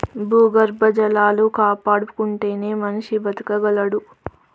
భూగర్భ జలాలు కాపాడుకుంటేనే మనిషి బతకగలడు